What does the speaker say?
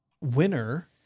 winner